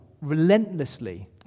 relentlessly